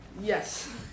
Yes